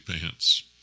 pants